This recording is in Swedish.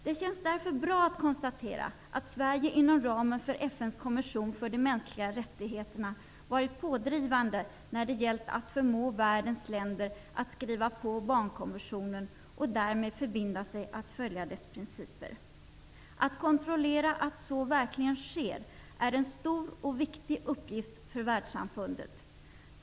Det känns därför bra att konstatera att Sverige inom ramen för FN:s kommission för de mänskliga rättigheterna varit pådrivande när det gällt att förmå världens länder att skriva på Barnkonventionen och därmed förbinda sig att följa dess principer. Att kontrollera att så verkligen sker är en stor och viktig uppgift för världssamfundet.